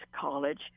college